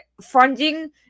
funding